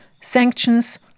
Sanctions